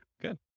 good